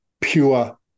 pure